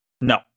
No